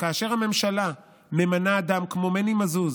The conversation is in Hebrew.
כאשר הממשלה מינתה אדם כמו מני מזוז,